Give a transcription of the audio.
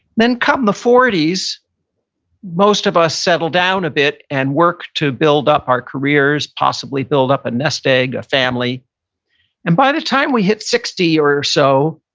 then come the forty s most of us settle down a bit and work to build up our careers, possibly build up a nest egg, a family and by the time we hit sixty or so,